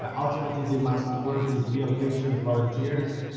ultimately they must work with real patients volunteers.